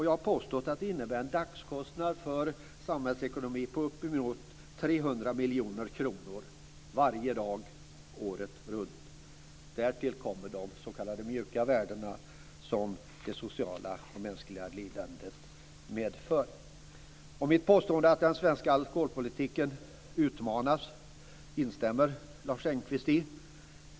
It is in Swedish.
Jag har påstått att det innebär en dagskostnad för samhällsekonomin på uppemot 300 miljoner kronor varje dag året runt. Därtill kommer de skador i fråga om de s.k. mjuka värdena som det sociala och mänskliga lidandet medför. Mitt påstående att den svenska alkoholpolitiken utmanas instämmer Lars Engqvist i.